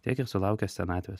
tiek ir sulaukęs senatvės